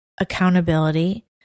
accountability